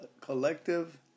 collective